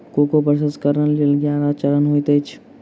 cocoa प्रसंस्करणक लेल ग्यारह चरण होइत अछि